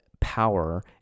power